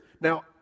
Now